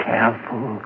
Careful